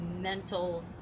mental